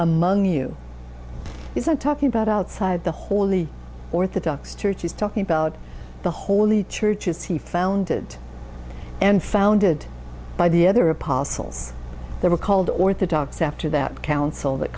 among you isn't talking about outside the holy orthodox church is talking about the holy churches he founded and founded by the other apostles they were called orthodox after that council that